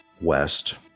west